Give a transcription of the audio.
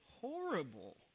horrible